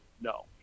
no